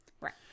Right